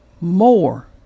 more